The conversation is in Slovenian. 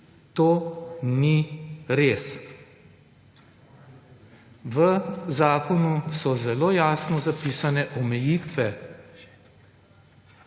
To ni res. V zakonu so zelo jasno zapisane omejitve